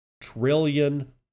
trillion